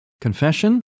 confession